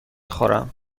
خورم